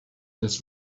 this